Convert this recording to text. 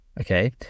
Okay